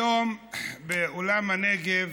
היום באולם נגב,